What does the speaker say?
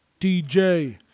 DJ